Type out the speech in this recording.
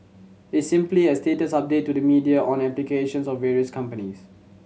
it's simply a status update to the media on applications of various companies